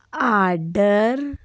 order